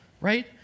right